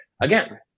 again